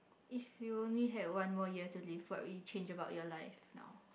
if you only had one more year to live what would you change about your life now